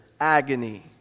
agony